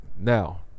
Now